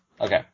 Okay